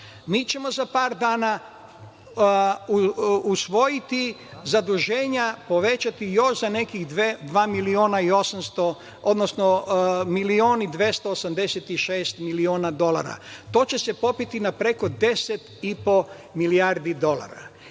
Mi ćemo za par dana usvojiti zaduženja, povećati još za nekih dva miliona i 800, odnosno milion i 286 miliona dolara. To će se popeti na preko 10,5 milijardi dolara.